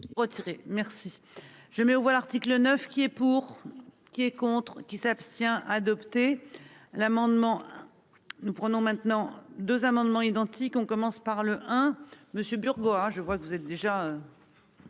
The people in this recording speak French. je mets aux voix l'article 9 qui est pour. Qui est contre qui s'abstient adopté l'amendement. Nous prenons maintenant 2 amendements identiques, on commence par le